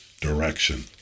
direction